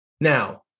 Now